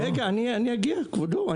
רגע, אני אגיע כבודו.